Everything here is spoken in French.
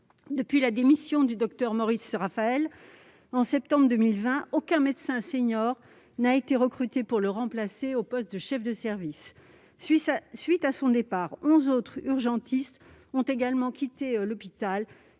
Depuis la démission du docteur Maurice Raphael en septembre 2020, aucun médecin senior n'a été recruté pour le remplacer au poste de chef de service. À la suite de son départ, onze autres urgentistes ont également quitté l'hôpital